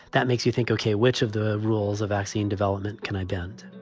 that makes you think, ok, which of the rules of vaccine development can i bend